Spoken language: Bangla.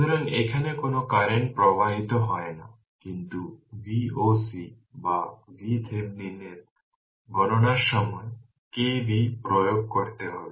সুতরাং এখানে কোন কারেন্ট প্রবাহিত হয় না কিন্তু Voc বা VThevenin এর গণনার সময় k V প্রয়োগ করতে হবে